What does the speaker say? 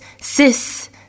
cis